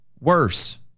worse